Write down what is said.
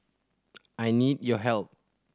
I need your help